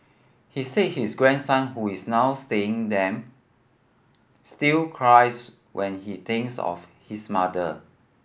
he said his grandson who is now staying them still cries when he thinks of his mother